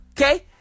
okay